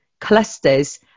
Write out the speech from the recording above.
clusters